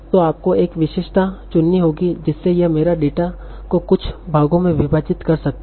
तो आपको एक विशेषता चुननी होगी जिससे यह मेरे डेटा को कुछ भागों में विभाजित कर सकता हो